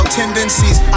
tendencies